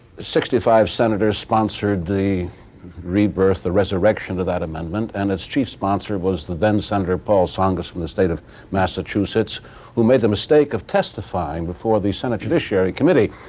sixty five senators sponsored the rebirth, the resurrection of that amendment. and its chief sponsor was then-senator paul tsongas from the state of massachusetts who made the mistake of testifying before the senate judiciary committee